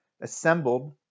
assembled